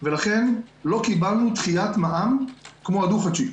ולכן לא קבלנו דחיית מע"מ כמו אלה שמשלמים דו חודשי.